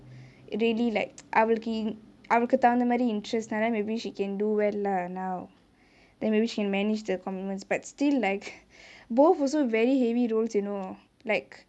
really like அவளுக்கு அவளுக்கு தகுந்த மாரி:avaluku avaluku taguntha maari interest நாலே:naalae maybe she can do well lah now then maybe she can manage the commitments but still like both also very heavy roles you know like